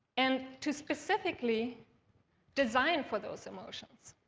and to specifically design for those emotions.